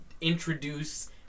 introduce